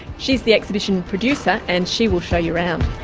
she's the exhibition producer and she will show you around.